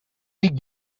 dic